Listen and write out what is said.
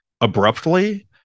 abruptly